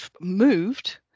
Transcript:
moved